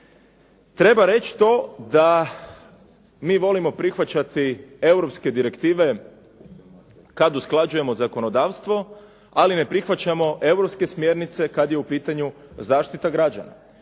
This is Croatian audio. treba reći to da mi volimo prihvaćati europske direktive kad usklađujemo zakonodavstvo ali ne prihvaćamo europske smjernice kad je u pitanju zaštita građana.